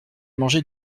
mangé